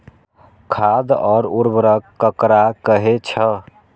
खाद और उर्वरक ककरा कहे छः?